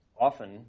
often